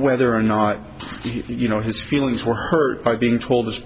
whether or not you know his feelings were hurt by being told his